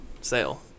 sale